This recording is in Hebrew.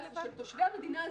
שהם תושבי המדינה הזאת,